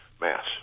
mass